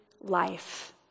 life